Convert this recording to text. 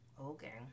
Okay